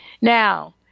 Now